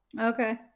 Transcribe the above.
Okay